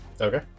Okay